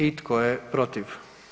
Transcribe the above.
I tko je protiv?